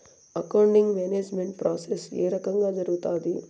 accounting management process ఏ రకంగా జరుగుతాది